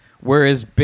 whereas